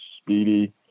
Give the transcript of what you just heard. speedy